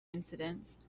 incidents